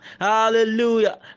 hallelujah